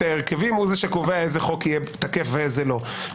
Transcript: ההרכבים קובע איזה חוק יהיה תקף ואיזה לא.